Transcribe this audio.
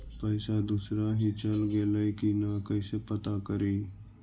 पैसा दुसरा ही चल गेलै की न कैसे पता करि?